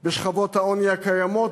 בשכבות העוני הקיימות,